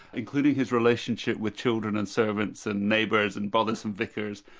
including his relationship with children and servants and neighbours and bothersome vicars,